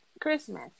Christmas